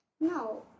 No